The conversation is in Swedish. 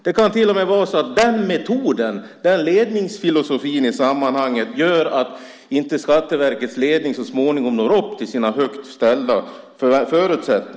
Det kan till och med vara så att den metoden, den ledningsfilosofin, i sammanhanget gör att Skatteverkets ledning så småningom inte når upp till sina högt ställda förutsättningar.